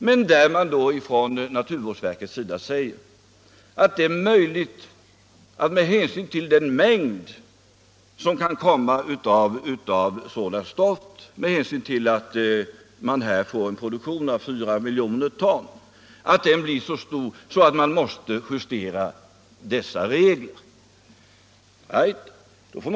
Man har emellertid från naturvårdsverkets sida förklarat, att på grund av mängden av sådant stoff och med hänsyn till att produktionen kommer att bli så stor, fyra miljoner ton, måste man kanske justera bestämmelserna.